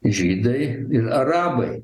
žydai ir arabai